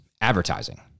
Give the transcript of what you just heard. advertising